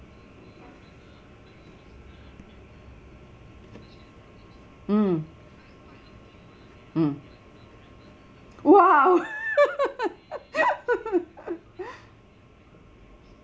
mm mm !wow!